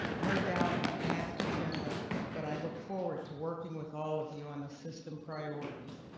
no doubt a path agenda but i look forward to working with all of you on the system priorities.